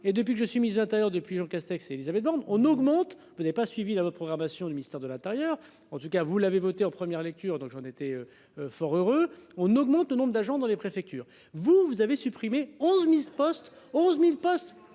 et depuis que je suis mise intérieur depuis Jean Castex Élisabeth Borne on augmente. Vous n'avez pas suivi la programmation du ministère de l'Intérieur. En tout cas vous l'avez voté en première lecture donc j'en étais fort heureux on augmente le nombre d'agents dans les préfectures. Vous, vous avez supprimé 11 mise post-11.000 postes